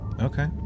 okay